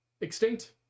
extinct